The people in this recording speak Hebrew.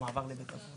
או מעבר לבית אבות.